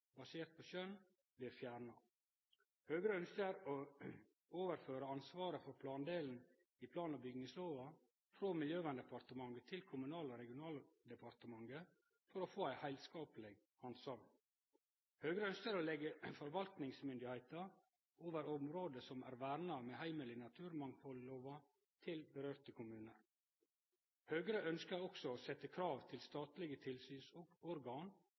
basert på skjønn blir fjerna. Høgre ønskjer å overføre ansvaret for plandelen i plan- og bygningslova frå Miljøverndepartementet til Kommunal- og regionaldepartementet for å få ei heilskapleg handsaming. Høgre ønskjer å leggje forvaltningsmyndigheita over område som er verna med heimel i naturmangfaldlova, til kommunar det vedkjem. Høgre ønskjer òg å stille krav til statlege